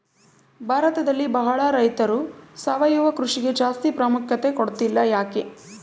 ಭಾರತದಲ್ಲಿ ಬಹಳ ರೈತರು ಸಾವಯವ ಕೃಷಿಗೆ ಜಾಸ್ತಿ ಪ್ರಾಮುಖ್ಯತೆ ಕೊಡ್ತಿಲ್ಲ ಯಾಕೆ?